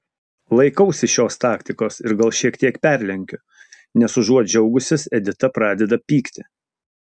laikausi šios taktikos ir gal šiek tiek perlenkiu nes užuot džiaugusis edita pradeda pykti